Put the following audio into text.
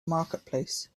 marketplace